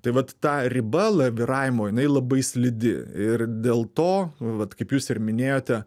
tai vat ta riba laviravimo jinai labai slidi ir dėl to vat kaip jūs ir minėjote